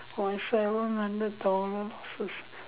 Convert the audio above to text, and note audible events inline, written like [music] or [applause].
!wah! seven hundred dollar [noise]